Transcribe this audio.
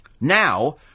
Now